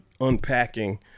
unpacking